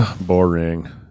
boring